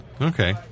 Okay